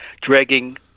dragging